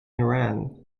iran